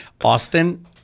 Austin